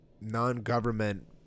non-government